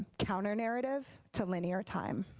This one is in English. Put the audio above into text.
counter narrative to linear time.